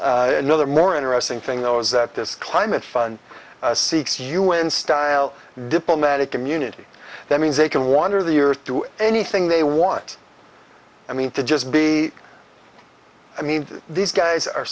ago another more interesting thing though is that this climate fund seeks u n style diplomatic immunity that means they can wander the earth do anything they want i mean to just be i mean these guys are